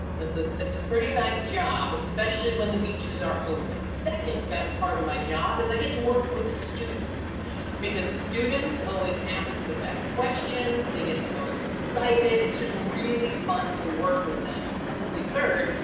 that's ah that's a pretty nice job, especially when the beaches are open. second, best part of my job is i get to work with students because students always ask the best questions, they get the most excited. it's just really fun to work with them. and probably third,